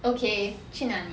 okay 去哪里